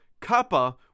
kappa